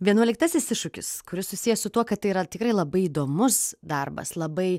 vienuoliktasis iššūkis kuris susijęs su tuo kad tai yra tikrai labai įdomus darbas labai